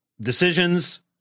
decisions